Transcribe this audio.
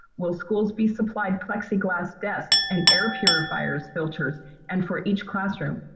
will schools be supplied plexiglass desks and air purifiers filters and for each classroom?